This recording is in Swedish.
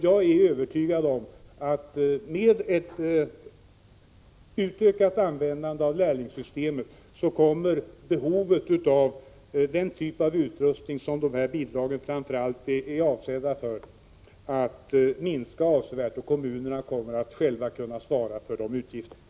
Jag är övertygad om att behovet av den typ av utrustning som dessa bidrag framför allt är avsedda för kommer att minska avsevärt med en utökad användning av lärlingssystemet. Kommunerna kommer själva att kunna svara för de utgifterna.